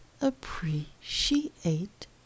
appreciate